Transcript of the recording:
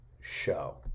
show